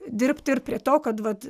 dirbti ir prie to kad vat